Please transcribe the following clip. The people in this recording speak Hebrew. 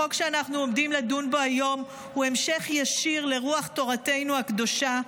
החוק שאנחנו עומדים לדון בו היום הוא המשך ישיר לרוח תורתנו הקדושה,